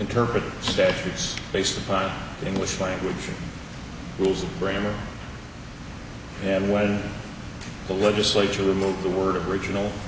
interpret statutes based upon the english language rules of grammar and when the legislature remove the word of original